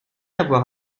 avoir